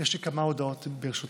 יש לי כמה הודעות, ברשותך.